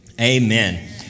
Amen